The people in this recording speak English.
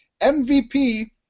MVP